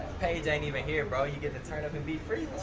paige ain't even here bro, you get to turn up and be free.